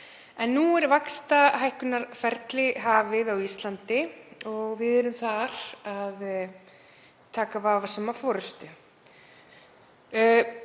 Nú er vaxtahækkunarferli hafið á Íslandi og við erum þar að taka vafasama forystu.